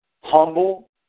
humble